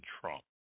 Trump